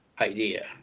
idea